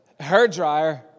hairdryer